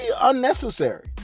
unnecessary